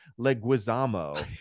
Leguizamo